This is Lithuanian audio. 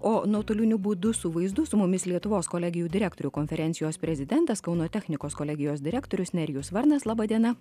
o nuotoliniu būdu su vaizdu su mumis lietuvos kolegijų direktorių konferencijos prezidentas kauno technikos kolegijos direktorius nerijus varnas laba diena